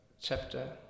chapter